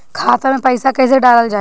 खाते मे पैसा कैसे डालल जाई?